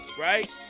right